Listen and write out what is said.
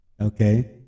okay